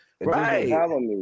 Right